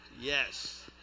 Yes